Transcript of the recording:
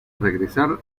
regresar